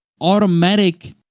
automatic